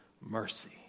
mercy